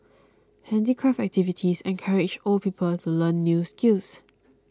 handicraft activities encourage old people to learn new skills